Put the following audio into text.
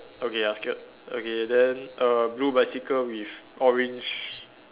okay ah skirt okay then err blue bicycle with orange